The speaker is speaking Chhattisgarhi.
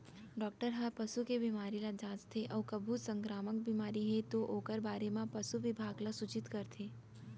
डॉक्टर हर पसू के बेमारी ल जांचथे अउ कभू संकरामक बेमारी हे तौ ओकर बारे म पसु बिभाग ल सूचित करथे